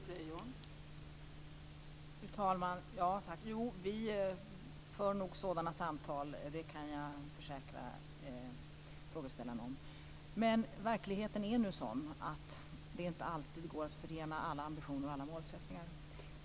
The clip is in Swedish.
Fru talman! Vi för sådana samtal, det kan jag försäkra frågeställaren om. Verkligheten är nu sådan att det inte alltid går att förena alla ambitioner och målsättningar.